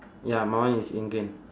ya my one is in green